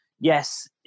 yes